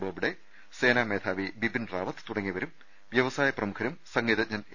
ബോബ്ഡെ സേനാ് മേധാവി ബിപിൻ റാവത്ത് തുടങ്ങിയവരും വൃവസായ പ്രമുഖരും സംഗീതജ്ഞൻ എ